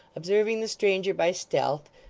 observing the stranger by stealth,